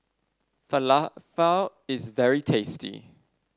Falafel is very tasty